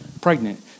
pregnant